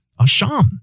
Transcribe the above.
Asham